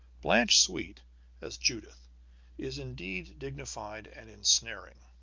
blanche sweet as judith is indeed dignified and ensnaring,